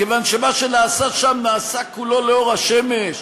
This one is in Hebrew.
מכיוון שמה שנעשה שם נעשה כולו לאור השמש,